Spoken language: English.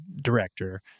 director